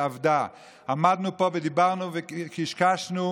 עמדנו פה ודיברנו וקשקשנו,